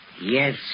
Yes